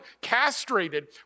castrated